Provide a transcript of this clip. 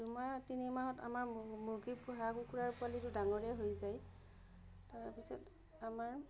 দুমাহ তিনিমাহত আমাৰ মুৰ্গী পোহা হাঁহ কুকুৰাৰ পোৱালিটো ডাঙৰেই হৈ যায় তাৰ পিছত আমাৰ